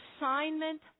assignment